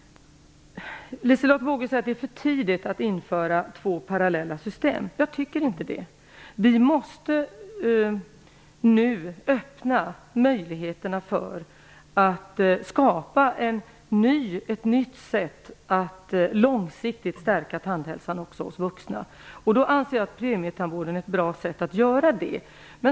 Liselotte Wågö säger att det är för tidigt att införa två parallella system. Jag tycker inte det. Vi måste nu öppna möjligheterna för att skapa ett nytt sätt att långsiktigt stärka tandhälsan också hos vuxna. Jag anser att premietandvården är ett bra sätt att göra det.